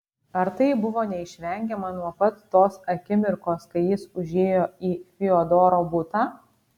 ar tai buvo neišvengiama nuo pat tos akimirkos kai jis užėjo į fiodoro butą